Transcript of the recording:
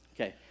Okay